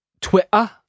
Twitter